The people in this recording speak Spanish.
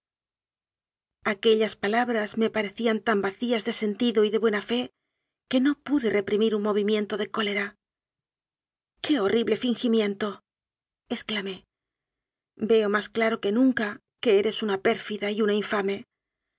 aquellas palabras me parecían tan vacías de sentido y de buena fe que no pude reprimir un movimiento de cólera qué horrible fingimiento exclamé veo más claro que nunca que eres una pérfida y una infame